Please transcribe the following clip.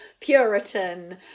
Puritan